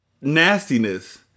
nastiness